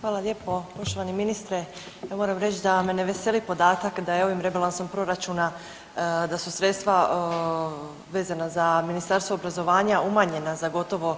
Hvala lijepo poštovani ministre, ja moram reći da me ne veseli podatak da je ovim rebalansom proračuna da su sredstva vezana za Ministarstvo obrazovanja umanjenja za gotovo